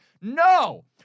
No